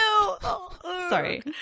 sorry